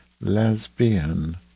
Lesbian